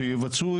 שיבצעו,